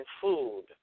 food